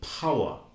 power